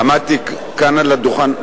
אני עמדתי כאן על הדוכן,